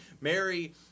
Mary